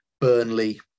Burnley